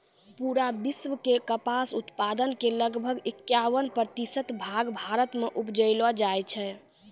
पूरा विश्व के कपास उत्पादन के लगभग इक्यावन प्रतिशत भाग भारत मॅ उपजैलो जाय छै